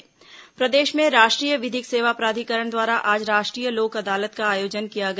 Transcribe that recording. लोक अदालत प्रदेश में राष्ट्रीय विधिक सेवा प्राधिकरण द्वारा आज राष्ट्रीय लोक अदालत का आयोजन किया गया